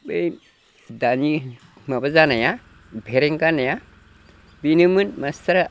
बै दानि माबा जानाया फेरेंगा होननाया बेनोमोन मास्टारा